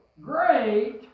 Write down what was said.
great